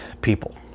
people